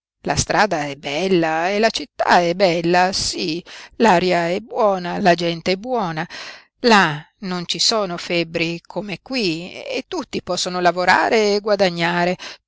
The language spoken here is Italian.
la strada è bella e la città è bella sí l'aria è buona la gente è buona là non ci sono febbri come qui e tutti possono lavorare e guadagnare